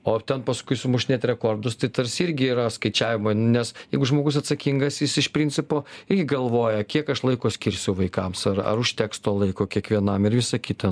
o ten paskui sumušinėt rekordus tai tarsi irgi yra skaičiavimo nes jeigu žmogus atsakingas jis iš principo igi galvoja kiek aš laiko skirsiu vaikams ar ar užteks to laiko kiekvienam ir visa kita